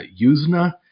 Yuzna